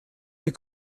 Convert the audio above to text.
der